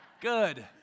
Good